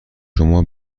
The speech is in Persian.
شما